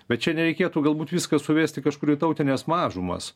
bet čia nereikėtų galbūt viską suvesti kažkur į tautines mažumas